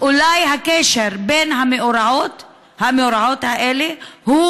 אולי הקשר בין המאורעות האלה הוא,